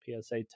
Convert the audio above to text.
PSA